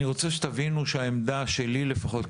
אני רוצה שתבינו שהעמדה שלי לפחות,